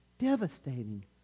devastating